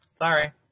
Sorry